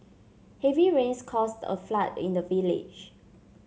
heavy rains caused a flood in the village